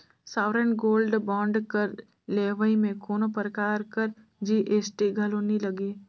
sovereign gold bond कर लेवई में कोनो परकार कर जी.एस.टी घलो नी लगे